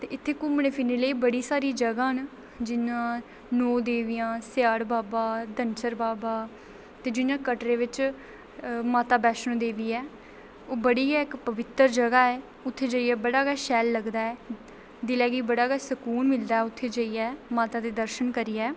ते इत्थै घुम्मनै फिरने लेई बड़ी सारी जगहं न जि'यां नौ देवियां स्याढ़ बाबा धनसर बाबा ते जि'यां कटरै बिच माता वैष्णो देवी ऐ ओह् बड़ी गै पवित्तर गै जगह् ऐ उत्थै जाइयै बड़ा गै शैल लगदा ऐ दिलै गी बड़ा गै सुकून मिलदा उत्थै जाइयै माता दे दर्शन करियै